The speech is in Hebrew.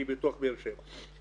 שהיא בתוך באר שבע.